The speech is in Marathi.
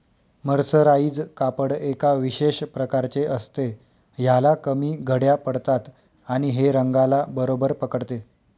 मर्सराइज कापड एका विशेष प्रकारचे असते, ह्याला कमी घड्या पडतात आणि हे रंगाला बरोबर पकडते